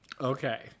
Okay